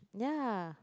yeah